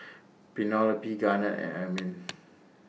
Penelope Garnett and Ermine